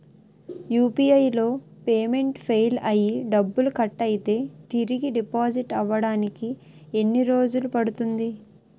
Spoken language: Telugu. యు.పి.ఐ లో పేమెంట్ ఫెయిల్ అయ్యి డబ్బులు కట్ అయితే తిరిగి డిపాజిట్ అవ్వడానికి ఎన్ని రోజులు పడుతుంది?